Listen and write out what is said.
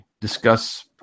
discuss